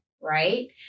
right